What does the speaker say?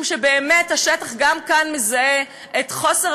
משום שבאמת השטח גם כאן מזהה את חוסר